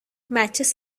matches